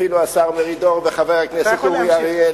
אפילו השר מרידור וחבר הכנסת אורי אריאל,